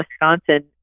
Wisconsin